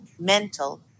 Mental